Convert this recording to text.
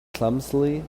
clumsily